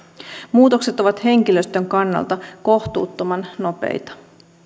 muutokset ovat henkilöstön kannalta kohtuuttoman nopeita